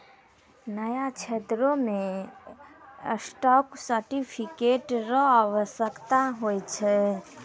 न्याय क्षेत्रो मे स्टॉक सर्टिफिकेट र आवश्यकता होय छै